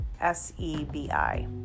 S-E-B-I